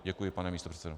Děkuji, pane místopředsedo.